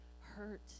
hurt